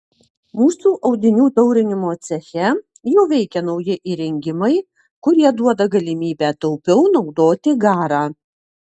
mūsų audinių taurinimo ceche jau veikia nauji įrengimai kurie duoda galimybę taupiau naudoti garą